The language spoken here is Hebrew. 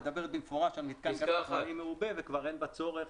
מדברת במפורש על מיתקן פחמימני מעובה וכבר אין בה צורך.